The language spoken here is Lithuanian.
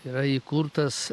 yra įkurtas